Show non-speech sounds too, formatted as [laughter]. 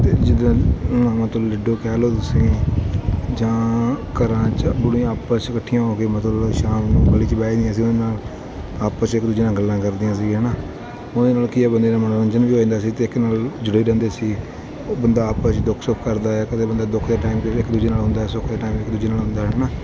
ਅਤੇ ਜਿੱਦਾਂ ਮਤਲਬ ਲੁਡੋ ਕਹਿ ਲਉ ਤੁਸੀਂ ਜਾਂ ਘਰਾਂ 'ਚ ਬੁੜੀਆਂ ਆਪਸ ਇਕੱਠੀਆਂ ਹੋ ਕੇ ਮਤਲਬ ਸ਼ਾਮ ਨੂੰ ਗਲੀ 'ਚ ਬਹਿ [unintelligible] ਉਹਨਾਂ ਆਪਸ 'ਚ ਇੱਕ ਦੂਜੇ ਨਾਲ ਗੱਲਾਂ ਕਰਦੀਆਂ ਸੀ ਹੈ ਨਾ ਉਹਨਾਂ ਦੇ ਨਾਲ ਕੀ ਹੈ ਬੰਦੇ ਦਾ ਮਨੋਰੰਜਨ ਵੀ ਹੋ ਜਾਂਦਾ ਸੀ ਅਤੇ ਇੱਕ ਨਾਲ ਜੁੜੇ ਰਹਿੰਦੇ ਸੀ ਬੰਦਾ ਆਪਸ 'ਚ ਦੁੱਖ ਸੁੱਖ ਕਰਦਾ ਕਦੇ ਬੰਦਾ ਦੁੱਖ ਦੇ ਟਾਈਮ 'ਤੇ ਇੱਕ ਦੂਜੇ ਨਾਲ ਹੁੰਦਾ ਸੁੱਖ ਦੇ ਟਾਈਮ ਇੱਕ ਦੂਜੇ ਨਾਲ ਹੁੰਦਾ ਹੈ ਨਾ